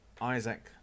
isaac